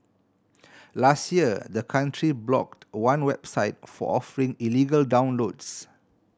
last year the country blocked one website for offering illegal downloads